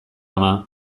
ama